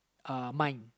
uh mine